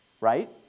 right